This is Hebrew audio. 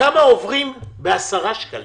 כמה עוברים ב-10 שקלים?